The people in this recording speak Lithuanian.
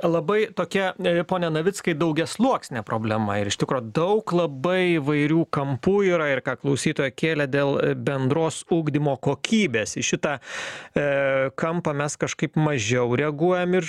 labai tokia pone navickai daugiasluoksnė problema ir iš tikro daug labai įvairių kampų yra ir ką klausytojai kėlė dėl bendros ugdymo kokybės į šitą kampą mes kažkaip mažiau reaguojam ir